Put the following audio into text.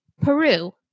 Peru